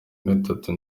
gatatu